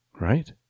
right